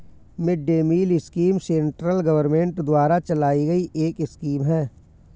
mid day meal scheme central government द्वारा चलाई गई एक स्कीम है